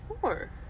four